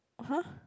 !huh!